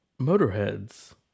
Motorhead's